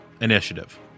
initiative